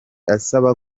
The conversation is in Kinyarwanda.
asaba